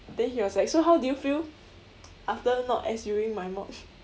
then he was like so how do you feel after not S_Uing my mod